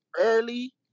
early